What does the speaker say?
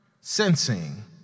sensing